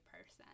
person